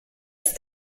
ist